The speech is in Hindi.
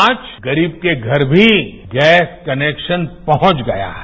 आज गरीब के घर भी गैस कनेक्शन पहुंच गया है